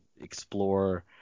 explore